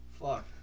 Fuck